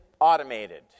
automated